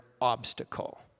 obstacle